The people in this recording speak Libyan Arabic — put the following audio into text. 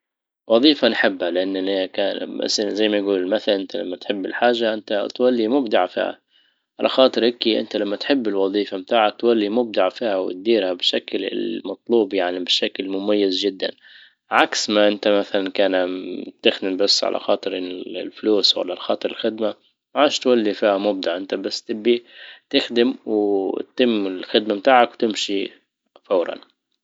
وظيفة نحبها. لانني زي ما يجول مثلا انت لما تحب الحاجة انت تولي مبدع. على خاطر هكى انت لما تحب الوظيفة متاعك تولي مبدع فيها وتديرها بالشكل المطلوب يعني بشكل مميز جدا. عكس ما انت مثلا كان تخدم بس على خاطر الفلوس ولا الخدمة عادش تولي فيها مبدع انت بس تبي تخدم وتتم الخدمة نتاعك وتمشي فورا.